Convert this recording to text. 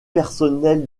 personnelle